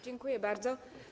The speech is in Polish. Dziękuję bardzo.